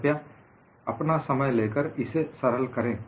कृपया अपना समय लेकर इसे सरल करें